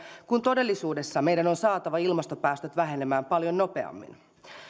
kun todellisuudessa meidän on saatava ilmastopäästöt vähenemään paljon nopeammin